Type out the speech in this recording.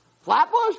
Flatbush